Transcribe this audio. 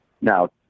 now